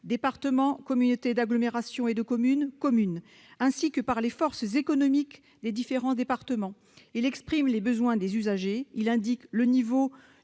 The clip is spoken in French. départements, communautés d'agglomération et de communes, communes -, ainsi que par les forces économiques des différents départements. Il tend à exprimer les besoins des usagers. Ses dispositions